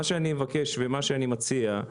מה שאני מבקש ומה שאני מציע.